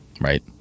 right